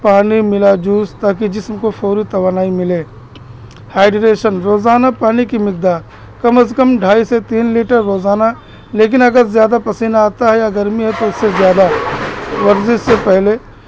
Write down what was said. پانی ملا جوس تاکہ جسم کو فوری توانائی ملے ہائڈریشن روزانہ پانی کی مقدار کم از کم ڈھائی سے تین لیٹر روزانہ لیکن اگر زیادہ پسینہ آتا ہے یا گرمی ہے تو اس سے زیادہ ورزش سے پہلے